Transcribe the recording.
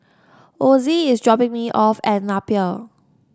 Osie is dropping me off at Napier